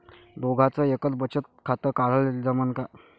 दोघाच एकच बचत खातं काढाले जमनं का?